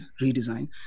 redesign